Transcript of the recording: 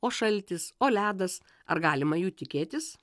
o šaltis o ledas ar galima jų tikėtis